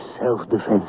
self-defense